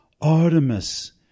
Artemis